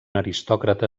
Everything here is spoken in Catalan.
aristòcrata